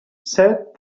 said